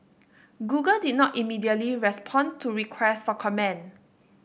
Google did not immediately respond to request for comment